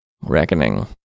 reckoning